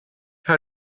how